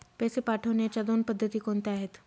पैसे पाठवण्याच्या दोन पद्धती कोणत्या आहेत?